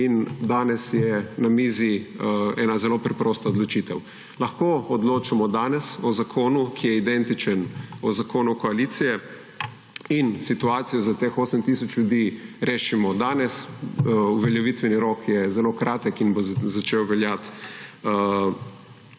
in danes je na mizi ena zelo preprosta odločite. Lahko odločamo danes o zakonu, ki je identičen zakonu koalicije in situacijo za teh 8 tisoč ljudi rešimo danes − uveljavitveni rok je zelo kratek in bo začel veljati